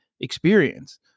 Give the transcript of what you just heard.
experience